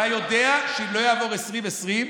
אתה יודע שאם לא יעבור 2020,